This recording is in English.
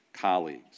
colleagues